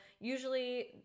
usually